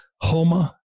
Homa